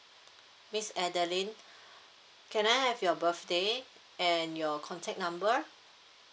miss adeline can I have your birthday and your contact number